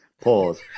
Pause